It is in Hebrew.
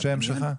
השם שלך?